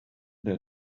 der